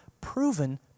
proven